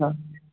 अच्छा